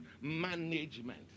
management